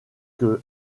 que